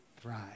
thrive